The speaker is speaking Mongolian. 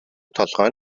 толгой